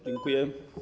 Dziękuję.